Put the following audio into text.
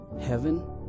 heaven